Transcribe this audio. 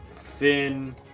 Finn